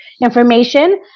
information